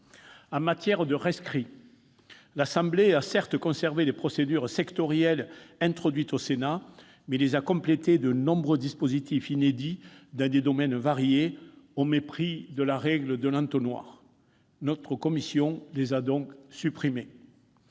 En matière de rescrit, l'Assemblée nationale a certes conservé les procédures sectorielles introduites par le Sénat, mais elle les a complétées de nombreux dispositifs inédits dans des domaines variés au mépris de la règle de l'entonnoir. Notre commission les a donc supprimés.